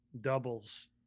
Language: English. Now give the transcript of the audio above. doubles